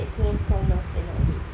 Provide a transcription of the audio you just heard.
that's why kau lost a lot of weight